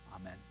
Amen